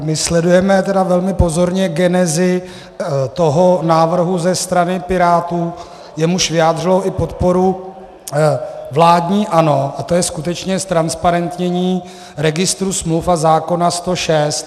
My sledujeme velmi pozorně genezi toho návrhu ze strany Pirátů, jemuž vyjádřilo i podporu vládní ANO, a to je skutečně ztransparentnění registru smluv a zákona 106.